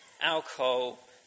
alcohol